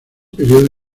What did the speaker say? periodo